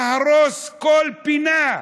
להרוס כל פינה,